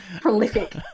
Prolific